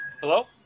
Hello